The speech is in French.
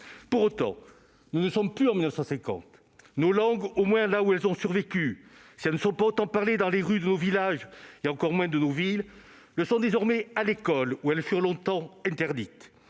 Pour autant, nous ne sommes plus en 1950. Nos langues, au moins là où elles ont survécu, si elles ne sont pas autant parlées dans les rues de nos villages et encore moins de nos villes, le sont désormais à l'école, où elles furent longtemps interdites